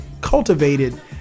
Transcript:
cultivated